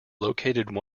located